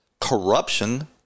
corruption